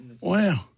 Wow